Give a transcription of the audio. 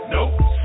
Nope